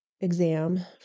exam